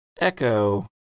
Echo